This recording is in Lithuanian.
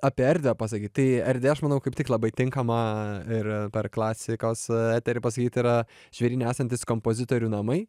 apie erdvę pasakyt tai erdvė aš manau kaip tik labai tinkama ir per klasikos eterį pasakyt yra žvėryne esantys kompozitorių namai